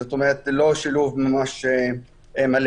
זאת אומרת לא שילוב ממש מלא.